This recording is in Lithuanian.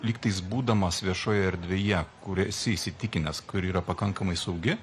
lygtais būdamas viešoje erdvėje kur esi įsitikinęs kur yra pakankamai saugi